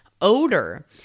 Odor